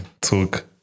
took